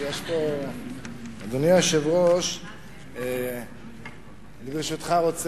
אדוני היושב-ראש, ברשותך,